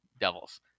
Devils